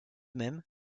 même